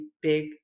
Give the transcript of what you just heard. big